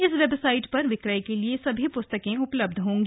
इस वेबसाइट पर विक्रय के लिए सभी पुस्तकें भी उपलब्ध होंगी